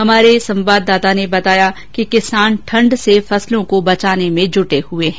हमारे बीकानेर संवाददाता ने बताया कि किसान ठंड से फसलों को बचाने में जुटे हैं